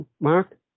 Mark